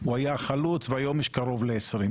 הוא היה חלוץ והיום יש קרוב ל-20.